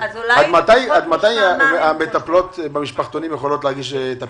עד מתי המטפלות במשפחתונים יכולות להגיש את הפיצוי?